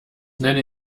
nenne